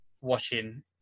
watching